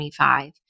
25